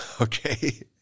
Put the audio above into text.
Okay